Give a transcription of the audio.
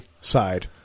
side